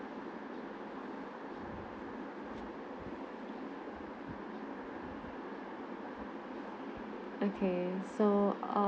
okay so err~